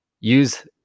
Use